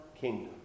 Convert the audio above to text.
kingdom